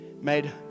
made